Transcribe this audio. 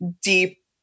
deep